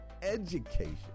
education